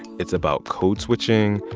it's about code switching.